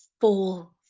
fall